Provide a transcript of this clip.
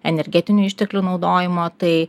energetinių išteklių naudojimo tai